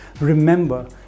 remember